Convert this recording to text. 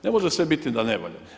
Ne može sve biti da ne valja.